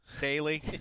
daily